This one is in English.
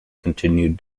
continued